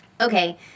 Okay